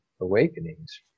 awakenings